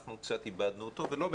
אנחנו קצת איבדנו אותו ולא באשמתנו.